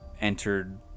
entered